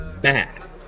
Bad